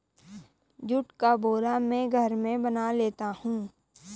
जुट का बोरा मैं घर में बना लेता हूं